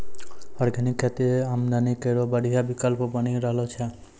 organic खेती आमदनी केरो बढ़िया विकल्प बनी रहलो छै